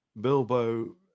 Bilbo